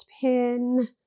pin